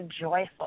joyful